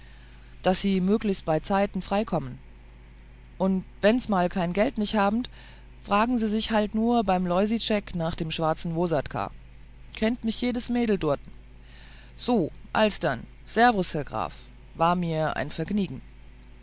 daß sie möglichst bei zeitöhn freikommen und wenn sie mal kein geld nicht habehn fragen sie sich nur beim loisitschek nach dem schwarzen vssatka kennte mich jedes mädel durten so alsdann servus herr graf war mir ein vergniegen